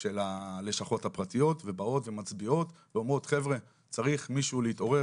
של הלשכות הפרטיות ומצביעות ואומרות שמישהו צריך להתעורר